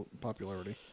popularity